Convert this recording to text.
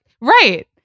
right